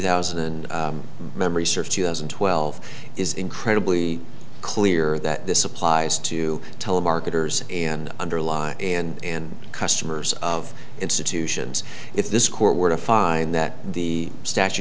thousand and memory serves two thousand and twelve is incredibly clear that this applies to telemarketers and underlie and customers of institutions if this court were to find that the statu